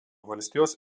valstijos